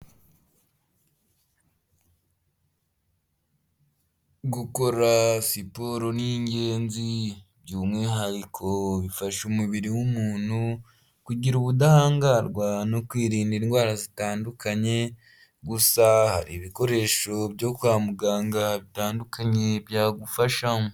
Gukora siporo ni ingenzi by'umwihariko bifasha umubiri w'umuntu kugira ubudahangarwa no kwirinda indwara zitandukanye, gusa ibikoresho byo kwa muganga bitandukanye byagufasha.